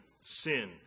sin